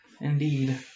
indeed